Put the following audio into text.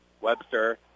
Webster